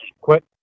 Quit